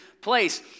place